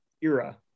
era